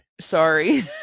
Sorry